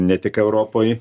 ne tik europoj